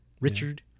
Richard